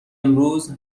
امروز